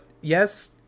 yes